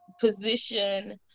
position